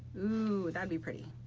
oh. that'd be pretty,